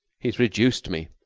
he's reduced me.